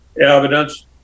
evidence